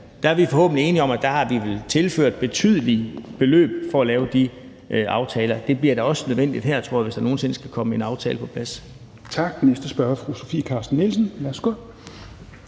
Der er vi forhåbentlig enige om, at der har vi tilført betydelige beløb for at kunne lave de aftaler. Det bliver da også nødvendigt her, tror jeg, hvis der nogen sinde skal komme en aftale på plads. Kl. 16:36 Tredje næstformand (Rasmus Helveg Petersen):